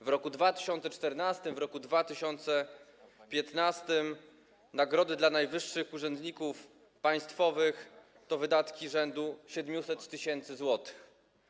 W roku 2014, w roku 2015 nagrody dla najwyższych urzędników państwowych to wydatki rzędu 700 tys. zł.